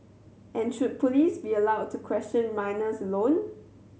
and should police be allowed to question minors alone